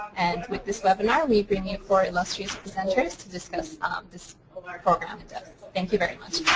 and with this webinar, we bring you four illustrious presenters to discuss this program. and thank you very much.